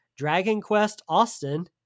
dragonquestaustin